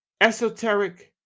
esoteric